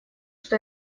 что